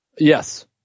Yes